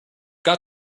got